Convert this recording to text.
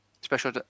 special